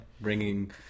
Bringing